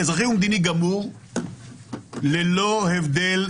אזרחי ומדיני גמור לכל האזרחים,